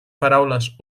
paraules